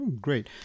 Great